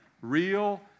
Real